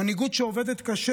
מנהיגות שעובדת קשה.